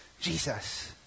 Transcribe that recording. Jesus